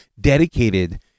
dedicated